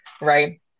right